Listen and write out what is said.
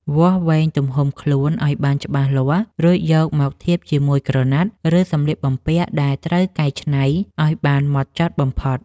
វាស់វែងទំហំខ្លួនឱ្យបានច្បាស់លាស់ រួចយកមកធៀបជាមួយក្រណាត់ ឬសម្លៀកបំពាក់ដែលត្រូវកែច្នៃឱ្យបានហ្មត់ចត់បំផុត។